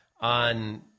on